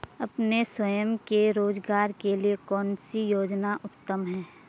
अपने स्वयं के रोज़गार के लिए कौनसी योजना उत्तम है?